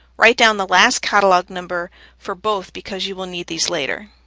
write down the last catalog number for both because you will need these later.